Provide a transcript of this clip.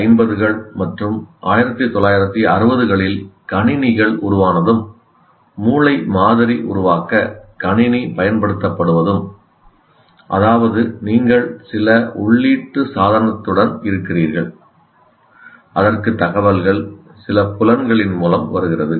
1950 கள் மற்றும் 1960 களில் கணினிகள் உருவானதும் மூளை மாதிரி உருவாக்க கணினி பயன்படுத்தப்படுவதும் அதாவது நீங்கள் சில உள்ளீட்டு சாதனத்துடன் இருக்கிறீர்கள்அதற்கு தகவல்கள் சில புலன்களின் மூலம் வருகிறது